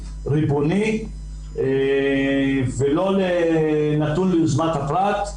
ריבוני ולא נתון ליוזמת הפרט.